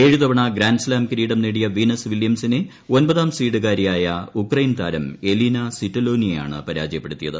ഏഴ് തവണ ഗ്രാന്റ്സ്താം കിരീടം നേടിയ വീനസ് വില്യംസിനെ ഒമ്പതാം സീഡ്കാരിയായ ഉക്രെയിൻ താരം എലിന സ്ഥിറ്റോലിനയാണ് പരാജയപ്പെടുത്തിയത്